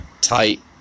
tight